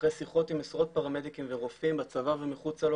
אחרי שיחות עם עשרות פרמדיקים ורופאים בצבא ומחוצה לו